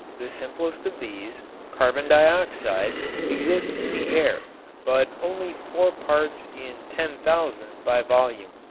the simplest of these, carbon dioxide, exists in the air but only four parts in ten thousand by volume.